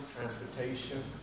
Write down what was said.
transportation